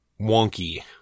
wonky